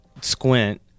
Squint